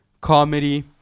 comedy